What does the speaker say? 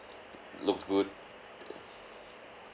looks good